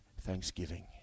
thanksgiving